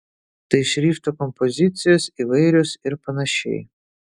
tai šrifto kompozicijos įvairios ir panašiai